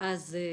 ואז לצאת,